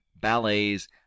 ballets